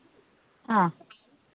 ᱚ